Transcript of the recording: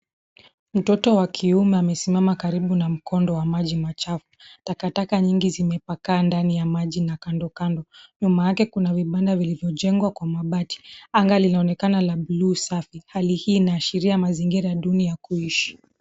Mtoto wa kiume amesimama karibu na mkondo wa maji machafu. Takataka nyingi zimepakaa ndani ya maji na kandokando. Nyuma yake kuna vibanda vilivyojengwa kwa mabati. Anga linaonekana la bluu safi. Hali hii inaashiria mazingira duni ya kuishi.